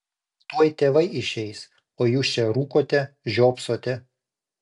tuoj tėvai išeis o jūs čia rūkote žiopsote